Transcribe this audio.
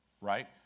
right